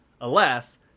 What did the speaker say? Alas